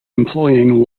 employing